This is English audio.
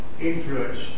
Influence